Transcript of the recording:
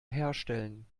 herstellen